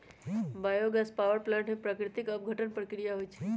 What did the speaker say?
bio gas power plant में प्राकृतिक अपघटन प्रक्रिया होइ छइ